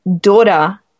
daughter